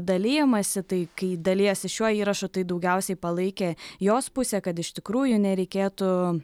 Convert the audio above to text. dalijamasi tai kai dalijasi šiuo įrašu tai daugiausiai palaikė jos pusę kad iš tikrųjų nereikėtų